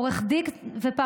עורך דין ופרמדיק,